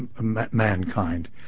mankind